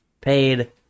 paid